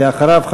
ואחריו,